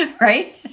Right